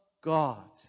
God